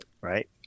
right